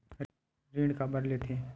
ऋण काबर लेथे?